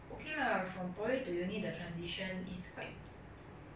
err the workload 是很大很 a very big